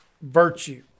virtue